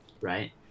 right